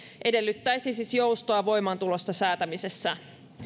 edellyttää siis joustoa voimaantulosta säätämisessä